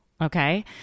Okay